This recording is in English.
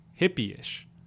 hippie-ish